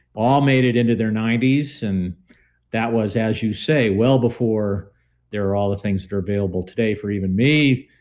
all made it into their ninety s and that was, as you say, well before there are all the things that are available today for even me,